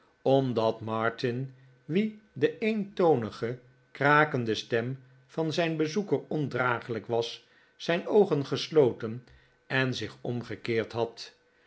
omdat martin wien de eentonige krakende stem van zijn bezoeker ondraaglijk was zijn oogen gesloten en zich omgekeerd had